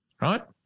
right